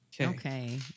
Okay